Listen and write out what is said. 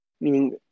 meaning